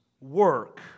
work